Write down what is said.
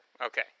Okay